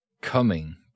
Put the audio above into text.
Coming